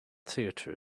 theatre